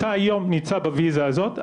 אתה היום נמצא בוויזה הזאת,